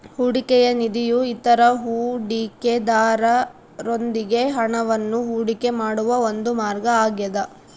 ಹೂಡಿಕೆಯ ನಿಧಿಯು ಇತರ ಹೂಡಿಕೆದಾರರೊಂದಿಗೆ ಹಣವನ್ನು ಹೂಡಿಕೆ ಮಾಡುವ ಒಂದು ಮಾರ್ಗ ಆಗ್ಯದ